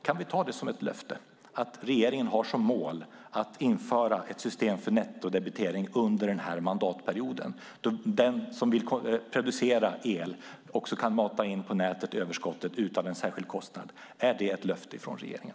Kan vi ta det som ett löfte att regeringen har som mål att införa ett system för nettodebitering under den här mandatperioden så att den som vill producera el kan mata in överskottet på nätet utan en särskild kostnad? Är det ett löfte från regeringen?